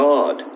God